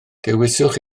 dewiswch